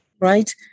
right